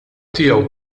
tiegħu